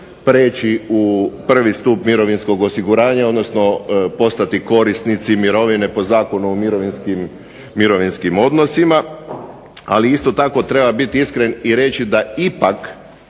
preći u prvi stup mirovinskog osiguranja, odnosno postati korisnici mirovine po Zakonu o mirovinskim odnosima. Ali isto tako treba biti iskren i reći da će